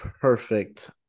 perfect